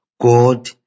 God